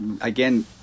again